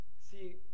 See